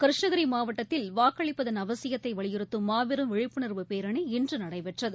கிருஷ்ணகிரி மாவட்டத்தில் வாக்களிப்பதன் அவசியத்தை வலியுறுத்தும் மாபெரும் விழிப்புணர்வு பேரணி இன்று நடைபெற்றது